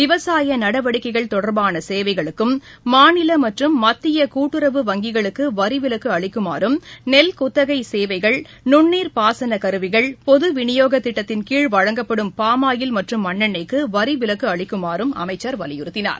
விவசாய நடவடிக்கைகள் தொடர்பான சேவைகளுக்கும் மாநில மற்றும் மத்திய கூட்டுறவு வங்கிகளுக்கு வரி விலக்கு அளிக்குமாறும் நெல் குத்தகை சேவைகள் நுண்ணீர் பாசனக் கருவிகள் பொது விநியோகத் திட்டத்தின்கீழ் வழங்கப்படும் பாமாயில் மற்றும் மண்ணெண்ணைக்கு வரி விலக்கு அளிக்குமாறும் அமைச்சர் வலியுறுத்தினார்